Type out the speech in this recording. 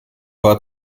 war